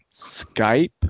Skype